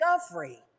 discovery